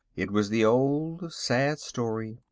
it was the old sad story.